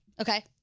Okay